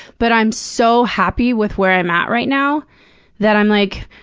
but i'm so happy with where i'm at right now that i'm like,